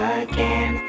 again